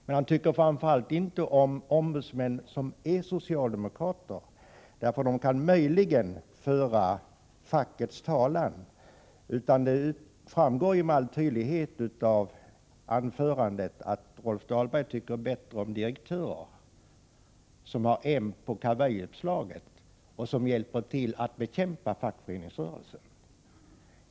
Men framför allt tycker han inte om ombudsmän som är socialdemokrater, för de kan möjligen föra fackets talan. Det framgår med all tydlighet av anförandet att Rolf Dahlberg tycker bättre om direktörer som har M på kavajuppslaget och som hjälper till att bekämpa fackföreningsrörelsen.